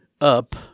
up